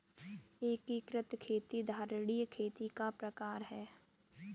एकीकृत खेती धारणीय खेती का प्रकार है